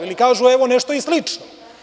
Ili kažu evo nešto i slično?